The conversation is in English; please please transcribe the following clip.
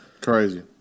Crazy